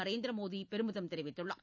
நரேந்திர மோடி பெருமிதம் தெரிவித்துள்ளார்